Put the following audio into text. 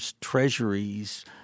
treasuries